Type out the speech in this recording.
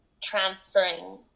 transferring